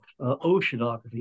oceanography